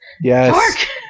Yes